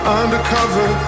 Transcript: undercover